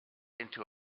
into